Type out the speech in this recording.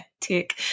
Tick